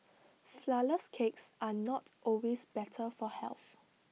Flourless Cakes are not always better for health